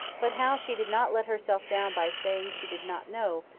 but how she did not let herself down by saying she did not know,